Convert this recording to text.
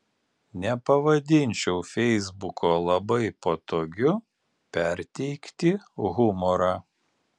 nepavadinčiau feisbuko labai patogiu perteikti humorą